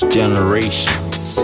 generations